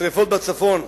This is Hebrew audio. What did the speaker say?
שרפות בצפון,